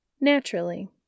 Naturally